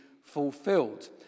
fulfilled